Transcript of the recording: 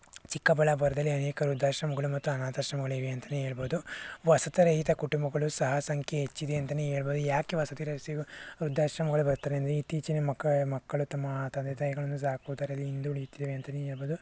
ಚಿಕ್ಕಬಳ್ಳಾಪುರದಲ್ಲಿ ಅನೇಕ ವೃದ್ಧಾಶ್ರಮಗಳು ಮತ್ತು ಅನಾಥಾಶ್ರಮಗಳಿವೆ ಅಂತಲೇ ಹೇಳ್ಬೋದು ವಸತಿ ರಹಿತ ಕುಟುಂಬಗಳು ಸಹ ಸಂಖ್ಯೆ ಹೆಚ್ಚಿದೆ ಅಂತಲೇ ಹೇಳ್ಬೋದು ಏಕೆ ವಸತಿ ರಹಿಸಿವು ವೃದ್ಧಾಶ್ರಮಗಳು ಬರುತ್ತಾರೆ ಅಂದರೆ ಇತ್ತೀಚಿನ ಮಕ್ಕ ಮಕ್ಕಳು ತಮ್ಮ ತಂದೆ ತಾಯಿಗಳನ್ನು ಸಾಕುವುದರಲ್ಲಿ ಹಿಂದುಳಿಯುತ್ತಿದ್ದಾರೆ ಅಂತಲೇ ಹೇಳ್ಬೋದು